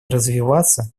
развиваться